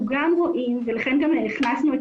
אנחנו גם רואים ולכן גם הכנסנו את